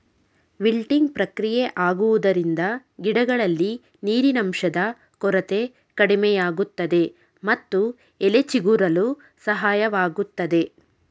wilting ಪ್ರಕ್ರಿಯೆ ಆಗುವುದರಿಂದ ಗಿಡಗಳಲ್ಲಿ ನೀರಿನಂಶದ ಕೊರತೆ ಕಡಿಮೆಯಾಗುತ್ತದೆ ಮತ್ತು ಎಲೆ ಚಿಗುರಲು ಸಹಾಯವಾಗುತ್ತದೆ